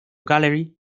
gallery